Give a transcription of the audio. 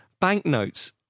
banknotes